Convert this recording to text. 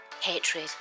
hatred